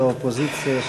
לא אופוזיציה,